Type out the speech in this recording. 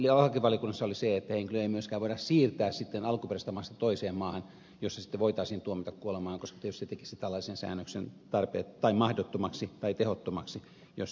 ja erittäin hyvä lisäys lakivaliokunnassa oli se että henkilöä ei myöskään voida siirtää sitten alkuperäisestä maasta toiseen maahan jossa sitten voitaisiin tuomita kuolemaan koska tietysti se tekisi tällaisen säännöksen mahdottomaksi tai tehottomaksi jos näin olisi